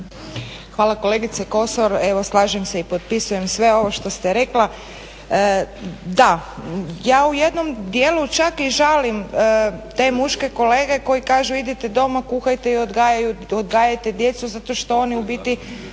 Hvala kolegice Kosor. Evo slažem se i potpisujem sve ovo što ste rekla. Da, ja u jednom dijelu čak i žalim te muške kolege koji kažu idite doma, kuhajte i odgajate djecu zato što oni u biti